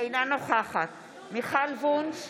אינה נוכחת מיכל וונש,